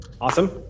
Awesome